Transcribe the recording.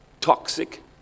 toxic